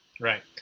Right